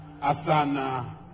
Asana